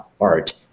art